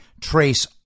trace